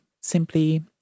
simply